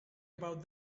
about